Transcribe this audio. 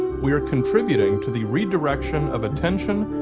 we are contributing to the redirection of attention,